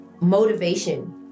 motivation